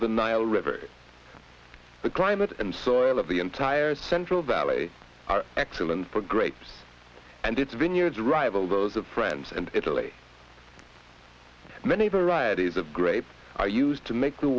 the nile river the climate and soil of the entire central valley are excellent for grapes and it's vineyards rival those of france and italy many varieties of grapes are used to make the